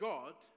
God